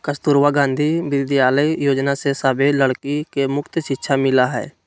कस्तूरबा गांधी विद्यालय योजना से सभे लड़की के मुफ्त शिक्षा मिला हई